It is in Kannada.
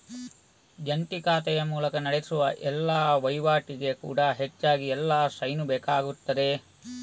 ಜಂಟಿ ಖಾತೆಯ ಮೂಲಕ ನಡೆಸುವ ಎಲ್ಲಾ ವೈವಾಟಿಗೆ ಕೂಡಾ ಹೆಚ್ಚಾಗಿ ಎಲ್ಲರ ಸೈನು ಬೇಕಾಗ್ತದೆ